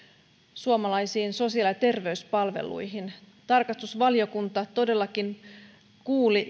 suomalaisiin sosiaali ja terveyspalveluihin tarkastusvaliokunta todellakin kuuli